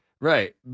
Right